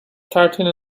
starting